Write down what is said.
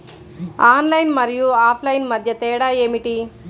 Online మరియు offline మధ్య తేడా ఏమిటీ?